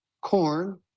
corn